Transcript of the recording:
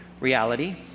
reality